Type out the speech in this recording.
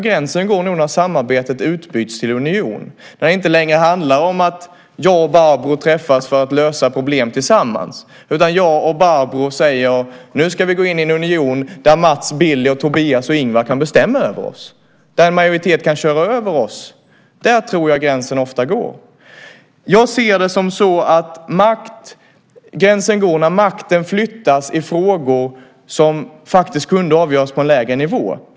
Gränsen går nog när samarbetet utbyts till union, när det inte längre handlar om att jag och Barbro träffas för att lösa problem tillsammans utan jag och Barbro säger: Nu ska vi gå in i en union där Mats, Billy, Tobias och Ingvar kan bestämma över oss, där en majoritet kan köra över oss. Där tror jag att gränsen ofta går. Gränsen går när makten flyttas i frågor som faktiskt kan avgöras på en lägre nivå.